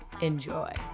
Enjoy